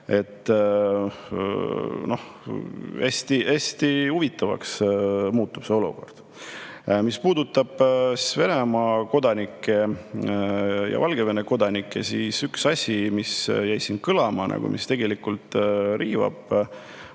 ära. Hästi huvitavaks muutub see olukord. Mis puudutab Venemaa ja Valgevene kodanikke, siis üks asi, mis jäi siin kõlama ja mis tegelikult riivab,